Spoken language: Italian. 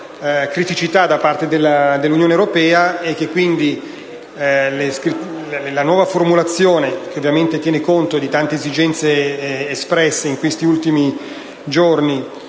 la nuova formulazione, che ovviamente tiene conto di tante esigenze espresse in questi ultimi giorni,